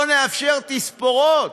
לא נאפשר תספורות.